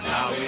Now